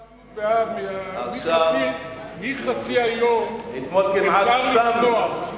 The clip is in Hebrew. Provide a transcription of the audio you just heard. נגמר י' באב ומחצי היום אפשר לשמוח.